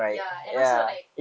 ya and also like